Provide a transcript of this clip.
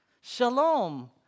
Shalom